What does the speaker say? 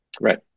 right